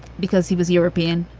because he was european,